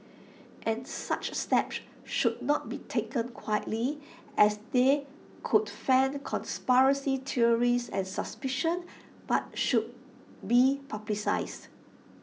and such steps should not be taken quietly as they could fan conspiracy theories and suspicion but should be publicised